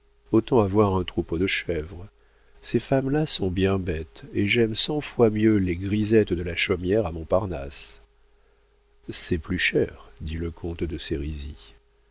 autant avoir un troupeau de chèvres ces femmes-là sont bien bêtes et j'aime cent fois mieux les grisettes de la chaumière à montparnasse c'est plus près dit le comte de